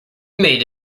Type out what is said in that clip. made